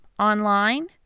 Online